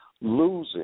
losing